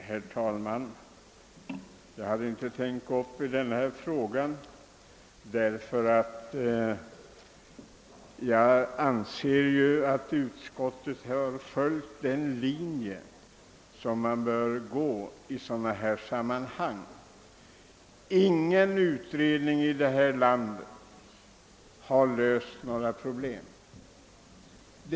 Herr talman! Jag hade inte tänkt yttra mig i denna fråga, därför att jag anser, att utskottet har följt den linje som man bör följa i sådana här sammanhang. Ingen utredning i detta land har löst några problem.